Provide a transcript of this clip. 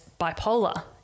bipolar